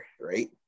right